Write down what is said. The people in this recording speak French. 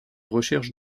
recherches